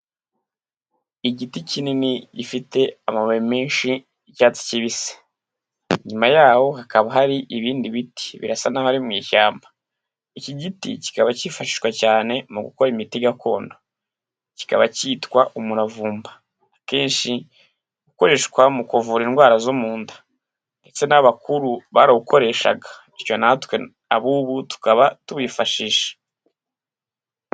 Igiti kinini gifite amababi menshi y'icyatsi kibisi, inyuma y'aho hakaba hari ibindi biti, birasa n'aho ari mu ishyamba, iki giti kikaba cyifashishwa cyane mu gukora imiti gakondo, kikaba cyitwa umuravumba, akenshi ukoreshwa mu kuvura indwara zo mu nda, ndetse n'abakuru barawukoreshaga, bityo natwe ab'ubu tukaba tuwifashisha.